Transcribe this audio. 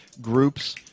groups